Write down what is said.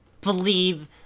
believe